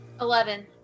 Eleven